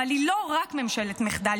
אבל היא לא רק ממשלת מחדל,